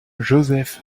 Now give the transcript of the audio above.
joseph